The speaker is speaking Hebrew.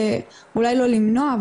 אולי לא למנוע,